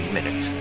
Minute